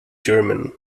german